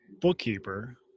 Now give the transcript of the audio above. bookkeeper